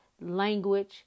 language